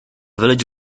village